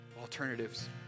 alternatives